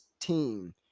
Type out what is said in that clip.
team